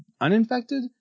uninfected